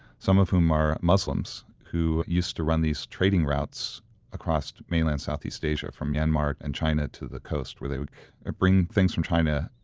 some of whom are muslims who used to run these trading routes across mainland southeast asia from myanmar and china to the coast where they would ah bring things from china,